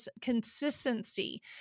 consistency